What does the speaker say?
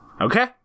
Okay